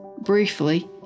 Briefly